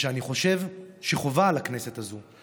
אני חושב שחובה על הכנסת הזו,